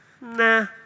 Nah